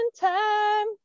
time